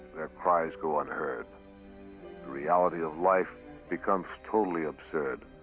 their cries go unheard. the reality of life becomes totally absurd.